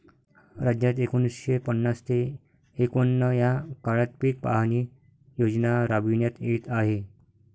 राज्यात एकोणीसशे पन्नास ते एकवन्न या काळात पीक पाहणी योजना राबविण्यात येत आहे